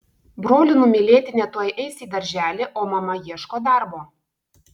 brolių numylėtinė tuoj eis į darželį o mama ieško darbo